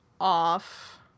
off